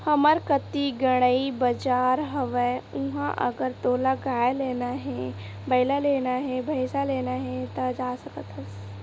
हमर कती गंड़ई बजार हवय उहाँ अगर तोला गाय लेना हे, बइला लेना हे, भइसा लेना हे ता जा सकत हस